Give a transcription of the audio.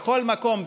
בכל מקום,